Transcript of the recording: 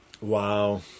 Wow